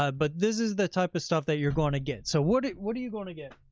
ah but this is the type of stuff that you're going to get. so what what are you going to get?